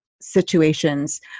situations